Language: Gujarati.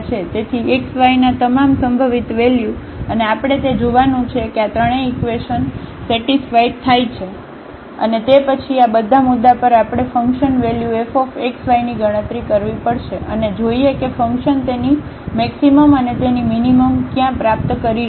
તેથી x y ના તમામ સંભવિત વેલ્યુ અને આપણે તે જોવાનું છે કે આ ત્રણેય ઇકવેશન સેટિસ્ફાઇડ થાય છે અને તે પછી આ બધા મુદ્દા પર આપણે ફંકશન વેલ્યુ fxyની ગણતરી કરવી પડશે અને જોઈએ કે ફંક્શન તેની મેક્સિમમ અને તેની મીનીમમ ક્યાં પ્રાપ્ત કરી રહ્યું છે